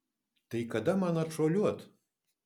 tai kada man atšuoliuot